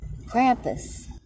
Krampus